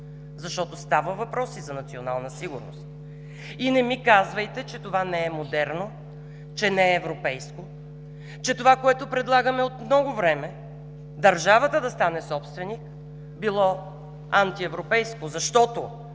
защото става въпрос и за национална сигурност?! Не ми казвайте, че това не е модерно, че не е европейско, че това, което предлагаме от много време – държавата да стане собственик на ЧЕЗ, било антиевропейско, защото